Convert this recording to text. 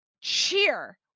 cheer